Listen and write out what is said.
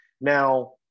Now